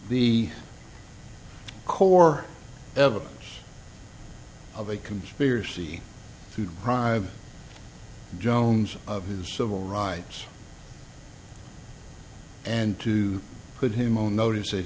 the core evidence of a conspiracy to bribe jones of his civil rights and to put him on notice that